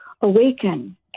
awaken